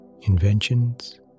inventions